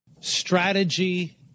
Strategy